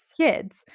kids